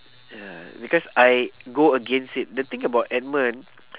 ya because I go against it the thing about edmund